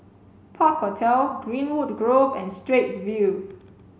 Park Hotel Greenwood Grove and Straits View